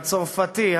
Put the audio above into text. הצרפתי,